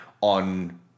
on